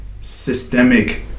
systemic